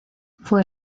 fue